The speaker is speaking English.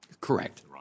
Correct